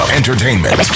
entertainment